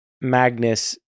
Magnus